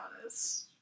honest